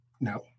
No